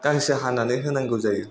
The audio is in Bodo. गांसो हानानै होनांगौ जायो